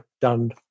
done